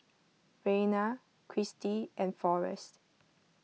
Rayna Kristy and forest